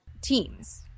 teams